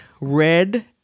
red